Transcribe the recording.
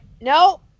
no